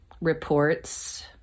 reports